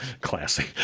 classy